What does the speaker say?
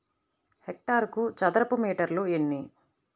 హెక్టారుకు చదరపు మీటర్లు ఎన్ని?